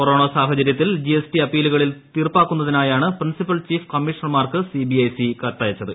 corona സാഹചര്യത്തിൽ GST അപ്പീലുകളിൽ തീർപ്പാക്കുന്നതിനായാണ് പ്രിൻസിപ്പൽ ചീഫ് കമ്മീഷണർമാർക്ക് സിബിഐസി കത്തയച്ചത്